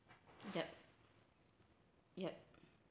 yup yup